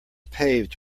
paved